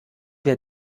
wer